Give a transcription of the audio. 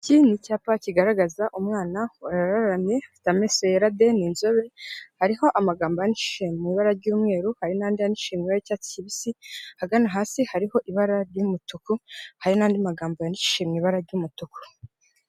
Iki ni icyapa kigaragaza umwana wararamye afite amaso yera de ni inzobe, hariho amagambo yandikishije mu ibara ry'umweru, hari n'andi yashiweho icyatsi kibisi, hagana hasi hariho ibara ry'umutuku, hari n'andi magambo yandikiye mu ibara ry'umutuku.